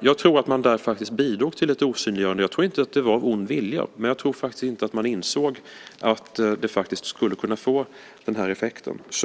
Jag tror att man där faktiskt bidrog till ett osynliggörande. Jag tror inte det var av ond vilja, men jag tror inte att man insåg att det faktiskt skulle kunna få den här effekten.